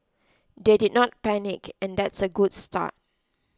they did not panic and that's a good start